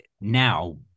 now